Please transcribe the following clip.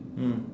mm